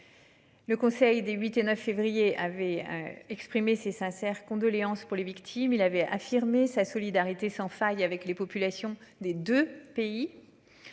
Le Conseil des 8 et 9 février, avait exprimé ses sincères condoléances pour les victimes, il avait affirmé sa solidarité sans faille avec les populations des 2 pays.